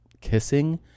kissing